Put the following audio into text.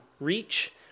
reach